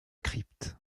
crypte